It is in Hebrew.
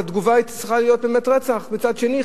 אז התגובה היא צריכה להיות באמת רצח מצד שני,